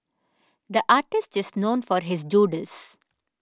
the artist is known for his doodles